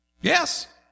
Yes